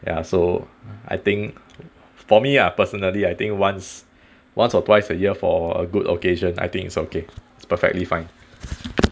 ya so I think for me ah personally I think once once or twice a year for a good occasion I think it's okay it's perfectly fine